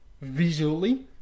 visually